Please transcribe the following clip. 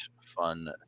fun